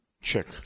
Check